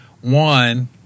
One